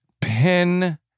pin